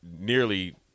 nearly